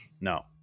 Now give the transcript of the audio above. no